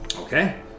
Okay